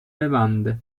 bevande